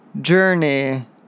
journey